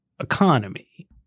economy